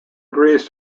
agrees